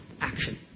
action